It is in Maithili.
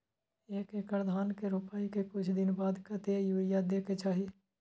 एक एकड़ धान के रोपाई के कुछ दिन बाद कतेक यूरिया दे के चाही?